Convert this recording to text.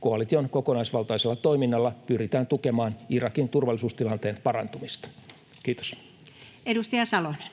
Koalition kokonaisvaltaisella toiminnalla pyritään tukemaan Irakin turvallisuustilanteen parantumista. — Kiitos. Edustaja Salonen.